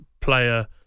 player